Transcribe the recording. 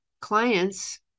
clients